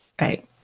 Right